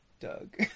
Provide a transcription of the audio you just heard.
Doug